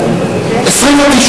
להביע אי-אמון בממשלה לא נתקבלה.